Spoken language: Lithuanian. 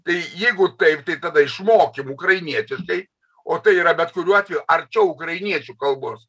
tai jeigu taip tai tada išmokim ukrainietiškai o tai yra bet kuriuo atveju arčiau ukrainiečių kalbos